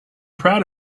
proud